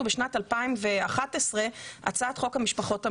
בשנת 2011 הצעת חוק המשפחות המיוחדות.